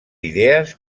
idees